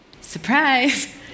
surprise